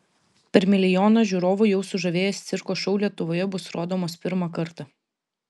per milijoną žiūrovų jau sužavėjęs cirko šou lietuvoje bus rodomas pirmą kartą